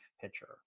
pitcher